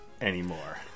anymore